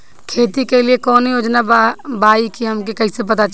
खेती के लिए कौने योजना बा ई हमके कईसे पता चली?